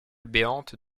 béante